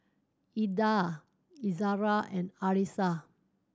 Indah Izara and Arissa